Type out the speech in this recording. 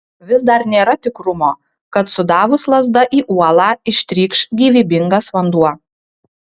vis dar nėra tikrumo kad sudavus lazda į uolą ištrykš gyvybingas vanduo